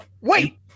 wait